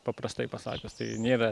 paprastai pasakius tai nėra